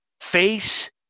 face